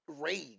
rage